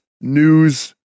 news